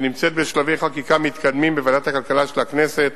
שנמצאת בשלבי חקיקה מתקדמים בוועדת הכלכלה של הכנסת,